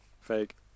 Fake